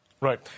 right